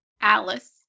Alice